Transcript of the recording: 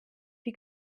die